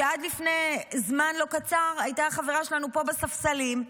שעד לפני זמן לא קצר הייתה חברה שלנו פה בספסלים,